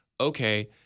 okay